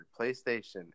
PlayStation